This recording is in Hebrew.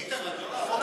איתן, לא.